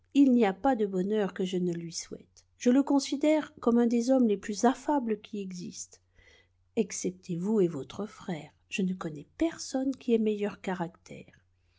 il n'y a pas de bonheur que je ne lui souhaite je le considère comme un des hommes les plus affables qui existent excepté vous et votre frère je ne connais personne qui ait meilleur caractère